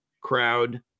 crowd